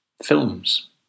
films